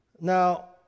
now